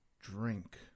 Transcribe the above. drink